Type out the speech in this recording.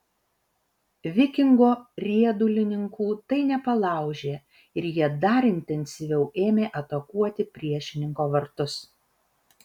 vikingo riedulininkų tai nepalaužė ir jie dar intensyviau ėmė atakuoti priešininko vartus